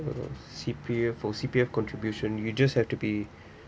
uh C_P_F for C_P_F contribution you just have to be